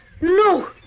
No